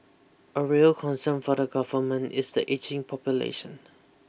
a real concern for the Government is the ageing population